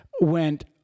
went